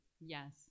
Yes